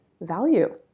value